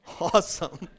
Awesome